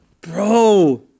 Bro